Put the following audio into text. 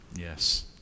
Yes